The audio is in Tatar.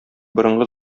борынгы